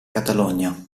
catalogna